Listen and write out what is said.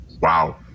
Wow